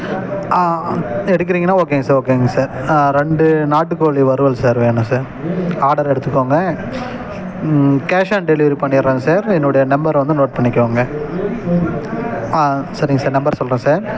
ஆ எடுக்கிறீங்கனா ஓகேங்க சார் ஓகேங்க சார் ரெண்டு நாட்டுக்கோழி வறுவல் சார் வேணும் சார் ஆடர் எடுத்துக்கோங்க கேஷ் ஆன் டெலிவரி பண்ணிடுறேன் சார் என்னுடைய நம்பர் வந்து நோட் பண்ணிக்கோங்க சரிங்க சார் நம்பர் சொல்கிறேன் சார்